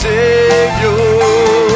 Savior